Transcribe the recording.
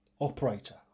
operator